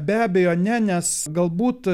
be abejo ne nes galbūt